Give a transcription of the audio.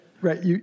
Right